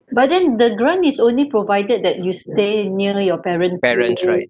but then the grant is only provided that you stay near your parent's neighbourhood